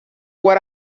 what